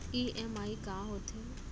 EMI का होथे?